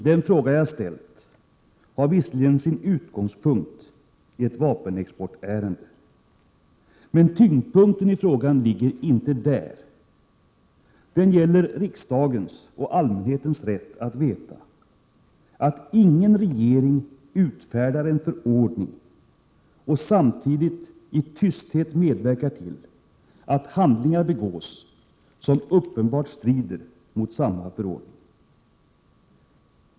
Den fråga jag ställt har visserligen sin utgångspunkt i ett vapenexportärende, men tyngdpunkten i frågan ligger inte där. Den gäller riksdagens och allmänhetens rätt att veta att ingen regering utfärdar en förordning och samtidigt i tysthet medverkar till att handlingar begås som uppenbart strider mot samma förordning.